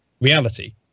reality